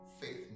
faith